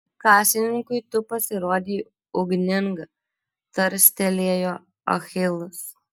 kasininkui tu pasirodei ugninga tarstelėjo achilas